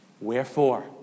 Wherefore